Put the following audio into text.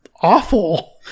awful